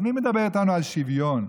אז מי מדבר איתנו על שוויון?